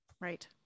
Right